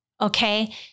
Okay